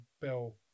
bell